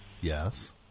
Yes